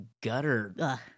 gutter